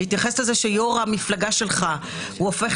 בהתייחס לזה שיושב ראש המפלגה שלך הופך